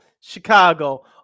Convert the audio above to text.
Chicago